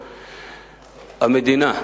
המדינה,